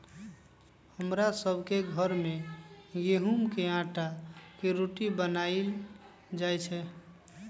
हमरा सभ के घर में गेहूम के अटा के रोटि बनाएल जाय छै